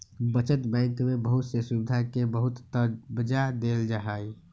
बचत बैंक में बहुत से सुविधा के बहुत तबज्जा देयल जाहई